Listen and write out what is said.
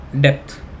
depth